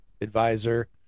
advisor